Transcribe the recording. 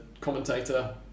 commentator